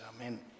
Amen